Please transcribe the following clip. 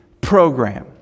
program